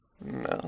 No